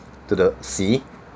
to the sea